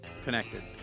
Connected